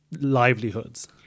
livelihoods